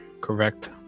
Correct